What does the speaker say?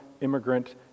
immigrant